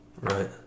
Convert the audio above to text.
Right